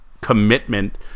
commitment